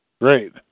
Great